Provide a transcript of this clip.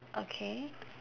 okay